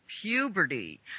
puberty